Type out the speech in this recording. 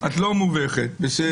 את לא מובכת, בסדר.